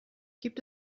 gibt